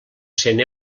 cent